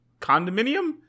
condominium